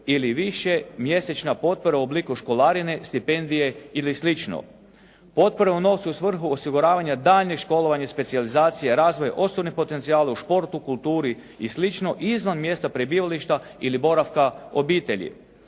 ili više mjesečna potpora u obliku školarine, stipendije ili slično. Potpore u novcu u svrhu osiguravanja daljnjeg školovanja i specijalizacije, razvoja osobnog potencijala u športu, kulturi i slično izvan mjesta prebivališta ili boravka obitelji.